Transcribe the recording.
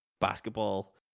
basketball